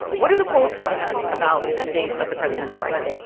what are the polls telling us about the state of the presidential race?